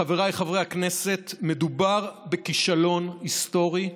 חבריי חברי הכנסת, מדובר בכישלון היסטורי,